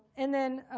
and then